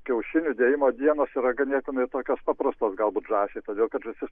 kiaušinių dėjimo dienos yra ganėtinai tokios paprastos galbūt žąsiai todėl kad žąsis